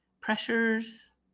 pressures